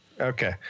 Okay